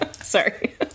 Sorry